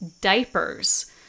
diapers